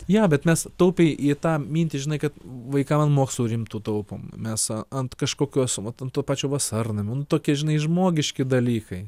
jo bet mes taupiai į tą mintį žinai kad vaikam ant mokslų rimtų taupom mes ant kažkokios vat ant to pačio vasarnamio nu tokie žinai žmogiški dalykai